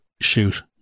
shoot